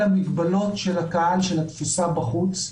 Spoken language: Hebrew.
על המגבלות של הקהל של התפוסה בחוץ,